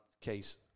case